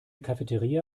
cafeteria